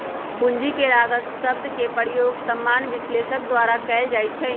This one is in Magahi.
पूंजी के लागत शब्द के प्रयोग सामान्य विश्लेषक द्वारा कएल जाइ छइ